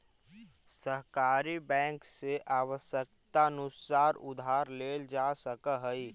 सहकारी बैंक से आवश्यकतानुसार उधार लेल जा सकऽ हइ